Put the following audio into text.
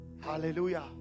Hallelujah